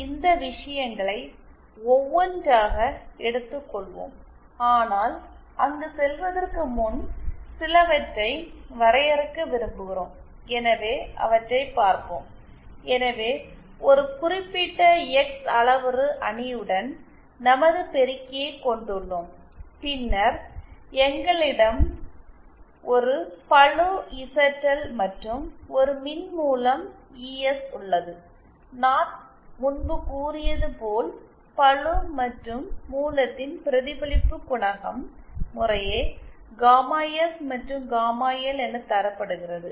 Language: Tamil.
எனவே இந்த விஷயங்களை ஒவ்வொன்றாக எடுத்துக்கொள்வோம் ஆனால் அங்கு செல்வதற்கு முன் சிலவற்றை வரையறுக்க விரும்புகிறோம் எனவே அவற்றை பார்ப்போம் எனவே ஒரு குறிப்பிட்ட எக்ஸ் அளவுரு அணியுடன் நமது பெருக்கியை கொண்டுள்ளோம் பின்னர் எங்களிடம் ஒரு பளு இசட்எல் மற்றும் ஒரு மின்மூலம் இஎஸ் உள்ளது நான் முன்பு கூறியது போல் பளு மற்றும் மூலத்தின் பிரதிபலிப்பு குணகம் முறையே காமா எஸ் மற்றும் காமா எல் என தரப்படுகிறது